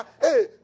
Hey